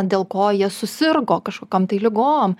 dėl ko jie susirgo kažkokiom tai ligom